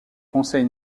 conseil